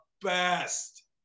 best